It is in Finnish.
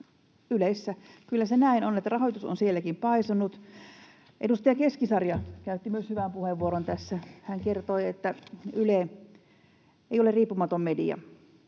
kyllä se näin on, että rahoitus on sielläkin paisunut. Edustaja Keskisarja käytti myös hyvän puheenvuoron tässä. Hän kertoi, että Yle ei ole riippumaton media,